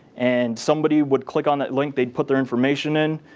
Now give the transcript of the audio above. and somebody would click on that link. they'd put their information in,